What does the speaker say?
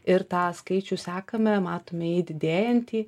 ir tą skaičių sekame matome jį didėjantį